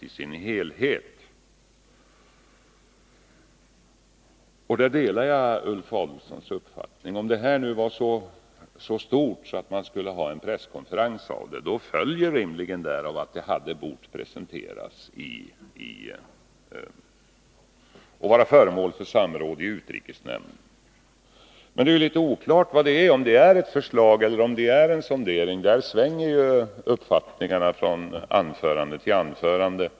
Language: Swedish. På den punkten delar jag Ulf Adelsohns uppfattning. Om nu förslaget var av så stor betydelse att det erfordrades en presskonferens, följer rimligen därav att det borde ha presenterats och varit föremål för samråd i utrikesnämnden. Men nu är det ju litet oklart om det rör sig om ett förslag eller om en sondering. Uppfattningarna svänger från anförande till anförande.